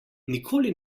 nikoli